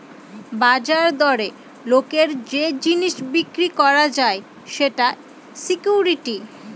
বাজার দরে লোকের যে জিনিস বিক্রি করা যায় সেটা সিকুইরিটি